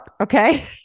Okay